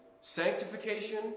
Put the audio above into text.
sanctification